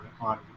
on